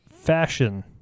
Fashion